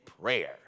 Prayer